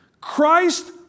Christ